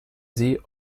sie